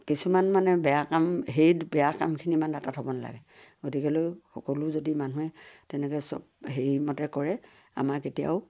কিছুমান মানে বেয়া কাম সেই বেয়া কামখিনি আমাৰ তাত হ'ব নালাগে গতিকেলৈ সকলো যদি মানুহে তেনেকৈ চব হেৰিমতে কৰে আমাৰ কেতিয়াও